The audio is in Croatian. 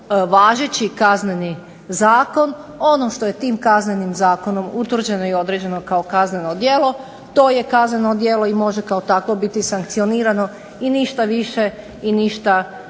važeći Kazneni zakon. Ono što je tim Kaznenim zakonom utvrđeno i određeno kao kazneno djelo to je kazneno djelo i može kao takvo biti sankcionirano i ništa više i ništa iznad